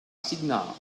signar